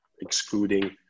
excluding